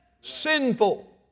Sinful